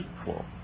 equal